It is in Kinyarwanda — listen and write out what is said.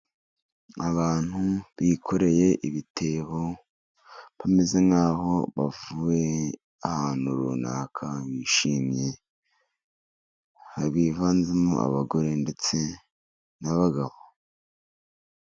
bantu bikoreye ibitebo bameze nk'aho bavuye ahantu runaka, bishimye bivanzemo abagore ndetse n'abagabo.